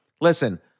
listen